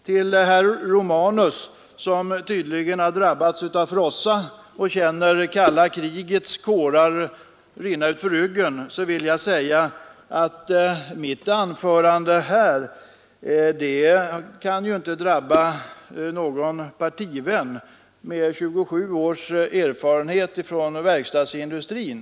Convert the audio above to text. Till herr Romanus, som tydligen har drabbats av frossa och känner det kalla krigets kårar krypa utefter ryggen, vill jag säga att mitt anförande här inte kan drabba någon partivän till mig med 27 års erfarenhet från verkstadsindustrin.